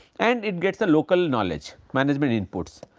and it gets a local knowledge management inputs.